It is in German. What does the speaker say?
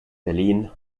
berlin